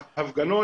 בהפגנות.